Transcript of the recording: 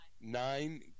Nine